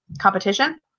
competition